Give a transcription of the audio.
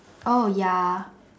oh ya